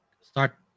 start